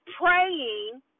praying